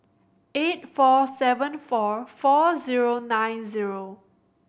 eight four seven four four zero nine zero